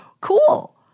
cool